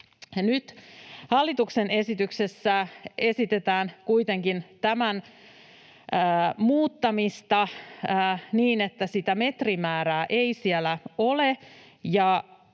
hallituksen esityksessä esitetään kuitenkin tämän muuttamista niin, että sitä metrimäärää ei siellä ole,